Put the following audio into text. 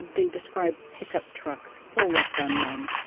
they describe pickup trucks full of gunmen.